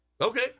Okay